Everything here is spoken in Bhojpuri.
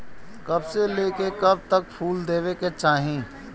कब से लेके कब तक फुल देवे के चाही?